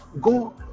Go